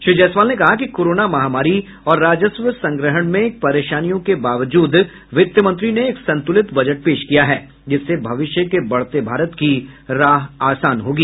श्री जायसवाल ने कहा कि कोरोना महामारी और राजस्व संग्रहण में परेशानियों के बावजूद वित् मंत्री ने एक सुतंलित बजट पेश किया है जिससे भविष्य के बढते भारत की राह आसान होगी